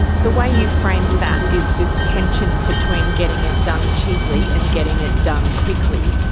the way you've framed that is this tension between getting it done cheaply and getting it done quickly.